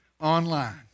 online